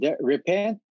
repent